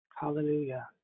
Hallelujah